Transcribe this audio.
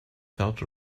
felt